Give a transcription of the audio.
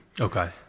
Okay